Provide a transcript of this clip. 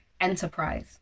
Enterprise